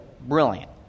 brilliant